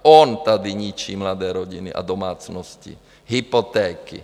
On tady ničí mladé rodiny a domácnosti, hypotéky.